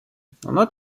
воно